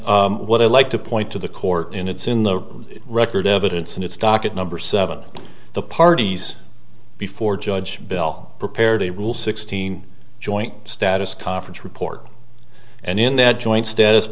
and what i'd like to point to the court in it's in the record evidence and it's docket number seven the parties before judge bell prepared a rule sixteen joint status conference report and in that joint status